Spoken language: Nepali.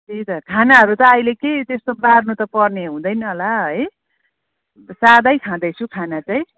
त्यही त खानाहरू त अहिले केही त्यस्तो बार्नु त पर्ने हुँदैन होला है सादै खादैँछु खाना चाहिँ